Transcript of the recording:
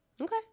Okay